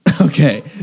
Okay